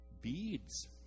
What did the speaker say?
beads